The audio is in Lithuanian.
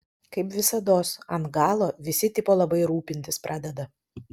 kaip visados ant galo visi tipo labai rūpintis pradeda